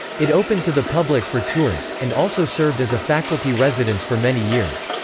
it opened to the public for tours, and also served as a faculty residence for many years.